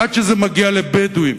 עד שזה מגיע לבדואים